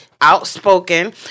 outspoken